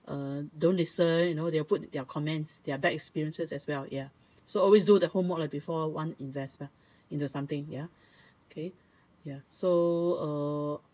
uh don't listen you know they'll put their comments there are bad experiences as well ya so always do the homework lah before you want invest lah into something ya okay ya so uh